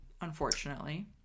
unfortunately